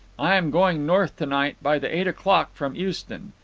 i am going north to-night, by the eight o'clock from euston.